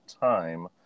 time